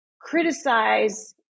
criticize